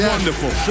Wonderful